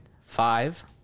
five